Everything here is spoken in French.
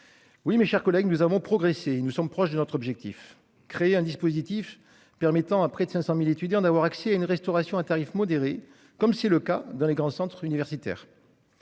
Oui, mes chers collègues, nous avons progressé il nous sommes proches de notre objectif, créer un dispositif permettant à près de 500.000 étudiants d'avoir accès à une restauration à tarif modérés, comme c'est le cas dans les grands centres universitaires.